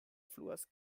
fluas